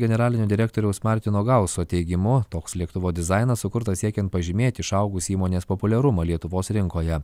generalinio direktoriaus martino gauso teigimu toks lėktuvo dizainas sukurtas siekiant pažymėti išaugusį įmonės populiarumą lietuvos rinkoje